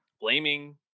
blaming